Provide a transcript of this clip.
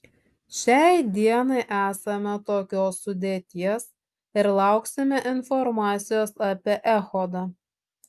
šiai dienai esame tokios sudėties ir lauksime informacijos apie echodą